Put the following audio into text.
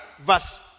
verse